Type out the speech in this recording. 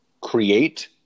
create